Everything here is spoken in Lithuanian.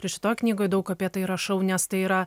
ir šitoj knygoj daug apie tai rašau nes tai yra